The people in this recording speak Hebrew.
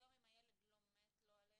היום אם הילד לא מת, לא עלינו,